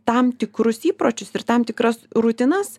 tam tikrus įpročius ir tam tikras rutinas